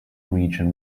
region